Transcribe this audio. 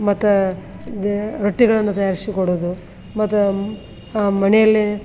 ಮತ್ತೆ ರೊಟ್ಟಿಗಳನ್ನು ತಯಾರಿಸಿ ಕೊಡೋದು ಮತ್ತೆ ಮನೆಯಲ್ಲೇ